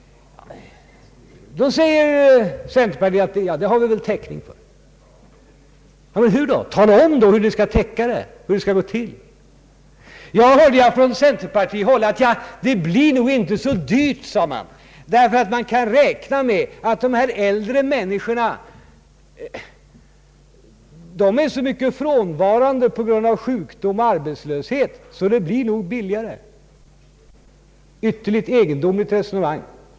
Då säger centerpartiets företrädare: Det har vi väl täckning för! Men hur? Tala då om hur det skall gå till. Jag hörde att man från centerpartihåll sade: Det blir nog inte så dyrt, därför att man kan räkna med att dessa äldre människor är så mycket frånvarande på grund av sjukdom och arbetslöshet att det nog blir billigare att sänka pensionsåldern. Det är ett ytterligt egendomligt resonemang.